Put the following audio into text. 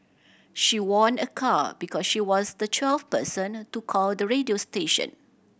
she won a car because she was the twelfth person to call the radio station